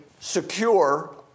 secure